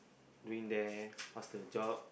doing there how's the job